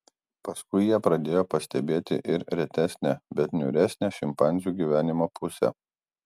paskui jie pradėjo pastebėti ir retesnę bet niūresnę šimpanzių gyvenimo pusę